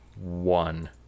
one